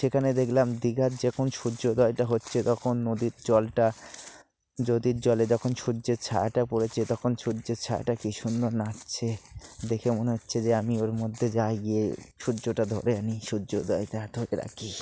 সেখানে দেখলাম দীঘার যখন সূর্যোদয়টা হচ্ছে তখন নদীর জলটা নদীর জলে তখন সূর্যের ছায়াটা পড়েছে তখন সূর্যের ছায়াটা কি সুন্দর লাগছে দেখে মনে হচ্ছে যে আমি ওর মধ্যে যাই গিয়ে সূর্যটা ধরে আনি সূর্যোদয়টা ধরে রাখি